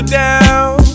down